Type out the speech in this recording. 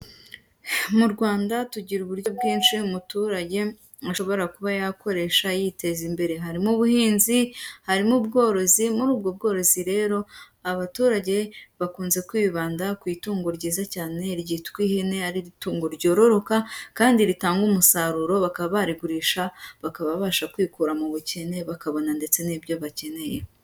Mu Rwanda tugira uburyo bwinshi umuturage ashobora kuba yakoresha yiteza imbere. Harimo ubuhinzi, harimo ubworozi, muri ubwo bworozi rero abaturage bakunze kwibanda ku itungo ryiza cyane ryitwa ihene, ari itungo ryororoka kandi ritanga umusaruro bakaba barigurisha, bakaba babasha kwikura mu bukene bakabona ndetse n'ibyo bakeneye.